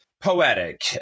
poetic